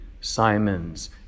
Simon's